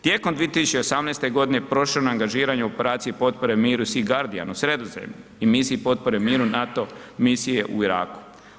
Tijekom 2018.g. prošireno je angažiranje u operaciji potpore miru … [[Govornik se ne razumije]] na Sredozemlju i misije potpore miru NATO misije u Iraku.